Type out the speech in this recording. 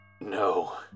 No